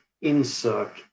insert